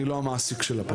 אני לא המעסיק של הפקח,